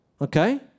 Okay